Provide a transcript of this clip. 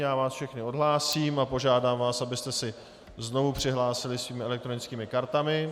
Já vás všechny odhlásím a požádám vás, abyste se znovu přihlásili svými elektronickými kartami.